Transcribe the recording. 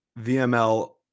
VML